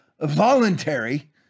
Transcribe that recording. voluntary